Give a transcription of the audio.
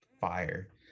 fire